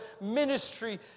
ministry